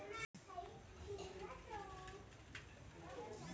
फसल मे वृद्धि के लिए का करल जाला?